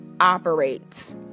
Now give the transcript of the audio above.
operates